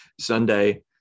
Sunday